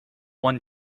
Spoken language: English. one